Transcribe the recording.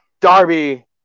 Darby